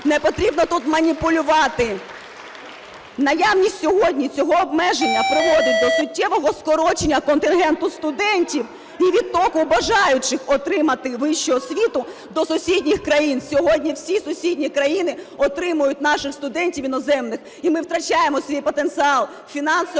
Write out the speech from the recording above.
Не потрібно тут маніпулювати! Наявність сьогодні цього обмеження приводить до суттєвого скорочення контингенту студентів і відтоку бажаючих отримати вищу освіту до сусідніх країн. Сьогодні всі сусідні країни отримують наших студентів іноземних, і ми втрачаємо свій потенціал фінансовий,